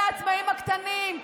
זה לעצמאים הקטנים,